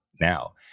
now